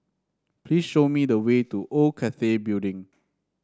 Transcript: please show me the way to Old Cathay Building